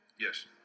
Yes